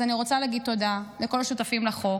אז אני רוצה להגיד תודה לכל השותפים לחוק,